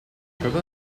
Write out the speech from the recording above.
trevor